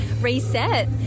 Reset